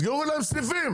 תסגרו להם סניפים.